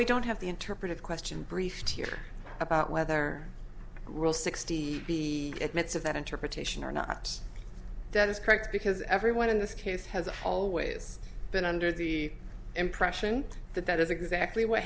we don't have the interpretive question briefed here about whether rule sixty b admits of that interpretation or not that is correct because everyone in this case has always been under the impression that that is exactly what